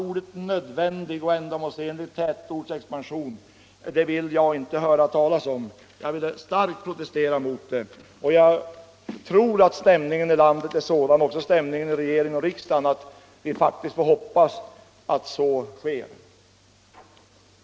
Orden ”nödvändig och ändamålsenlig tätortsexpansion” vill jag starkt protestera mot och jag tror att stämningen i landet, och också i regering och riksdag, är sådan att vi faktiskt får hoppas att vi slipper höra dem vidare.